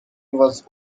was